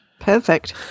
Perfect